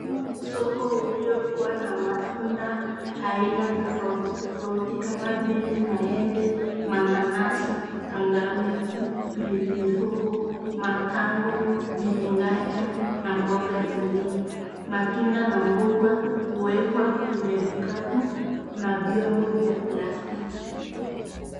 Huu ni soko uliokuwa na matunda aina tofauti tofauti kama vile maembe, mananasi, tangawizi, pilipili hoho matango, biringanya na mboga zingine. Matunda na mbugua huwekwa kwenye vikapu na vyombo vya plastiki.